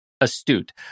astute